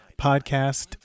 Podcast